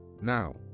Now